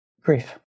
grief